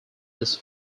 this